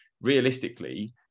realistically